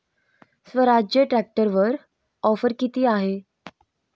स्वराज्य ट्रॅक्टरवर ऑफर किती आहे?